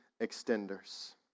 extenders